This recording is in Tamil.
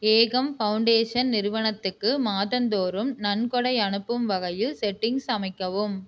ஏகம் ஃபவுண்டேஷன் நிறுவனத்துக்கு மாதந்தோறும் நன்கொடை அனுப்பும் வகையில் செட்டிங்க்ஸ் அமைக்கவும்